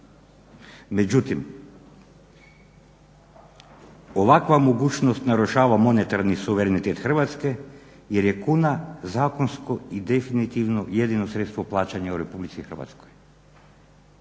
međutim ovakva mogućnost narušava monetarni suverenitet Hrvatske jer je kuna zakonsko i definitivno jedino sredstvo plaćanja u RH.